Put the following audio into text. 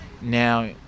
now